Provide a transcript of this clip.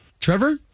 Trevor